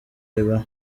riba